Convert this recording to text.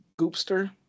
goopster